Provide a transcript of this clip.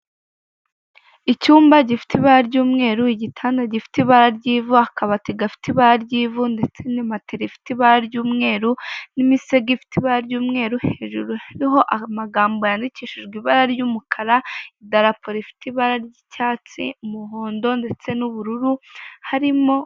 Icyumba gifite ibara ry'umweru, igitanda gifite ibara ry'ivu, akabati gafite ibara ry'ivu ndetse n'imatera ifite ibara ry'umweru n'imisego ifite ibara ry'umweru hejuru hariho amagambo yandikishijwe ibara ry'umukara, idarapo rifite ibara ry'icyatsi, umuhondo ndetse n'ubururu harimo.